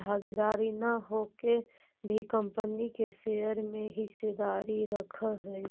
भागीदार न होके भी कंपनी के शेयर में हिस्सेदारी रखऽ हइ